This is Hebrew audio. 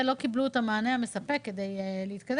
לא קיבלו את המענה המספק כדי להתקדם,